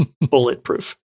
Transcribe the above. bulletproof